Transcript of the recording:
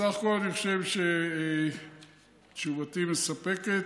סך הכול אני חושב שתשובתי מספקת.